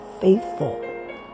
faithful